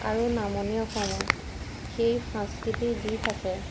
আৰু নামনি অসমত সেই সংস্কৃতিৰ দিশ আছে